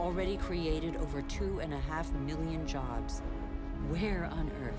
already created over two and a half million jobs where on